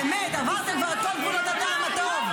באמת, כבר עברתם את כל גבולות הטעם הטוב.